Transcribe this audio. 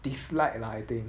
dislike lah I think